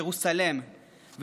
ירוסלם,